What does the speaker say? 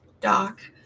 Doc